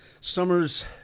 summer's